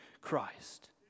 Christ